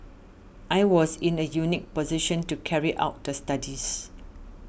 I was in a unique position to carry out the studies